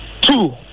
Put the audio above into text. Two